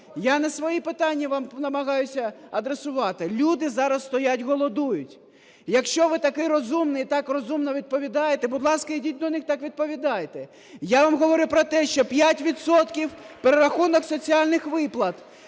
Я не свої питання вам намагаюся адресувати, люди зараз стоять голодують. Якщо ви такий розумний і так розумно відповідаєте, будь ласка, ідіть до них, так відповідайте. Я вам говорив про те, що 5 відсотків перерахунок соціальних виплат,